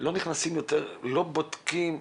לא בודקים.